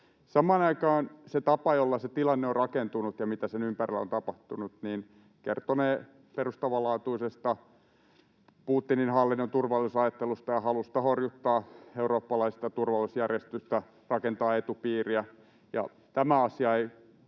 Samaan aikaan se tapa, jolla se tilanne on rakentunut ja mitä sen ympärillä on tapahtunut, kertonee perustavanlaatuisesta Putinin hallinnon turvallisuusajattelusta ja halusta horjuttaa eurooppalaista turvallisuusjärjestystä, rakentaa etupiiriä, ja tämä asia ei